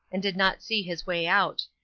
and did not see his way out.